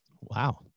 Wow